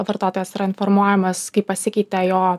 vartotojas yra informuojamas kaip pasikeitė jo